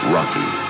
Rocky